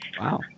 Wow